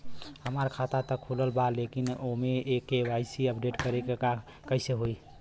हमार खाता ता खुलल बा लेकिन ओमे के.वाइ.सी अपडेट करे के बा कइसे होई?